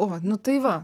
o vat nu tai va